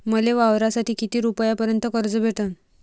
मले वावरासाठी किती रुपयापर्यंत कर्ज भेटन?